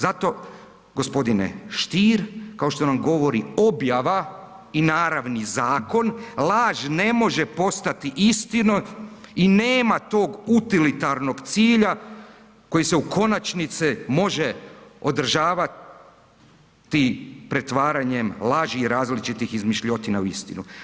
Zato gospodine Stier, kao što nam govori objava i naravni zakon laž ne može postati istinom i nema tog utilitarnog cilja koji se u konačnici može održavati pretvaranjem laži i različitih izmišljotina u istinu.